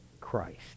Christ